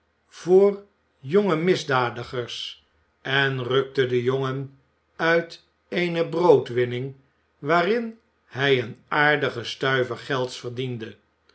voor jonge misdadigers en rukte den jongen uit eene broodwinning waarin hij een aardigen stuiver gelds verdiende